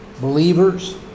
believers